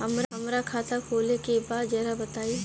हमरा खाता खोले के बा जरा बताई